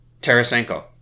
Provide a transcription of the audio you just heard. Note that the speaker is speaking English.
Tarasenko